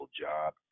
job